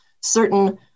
certain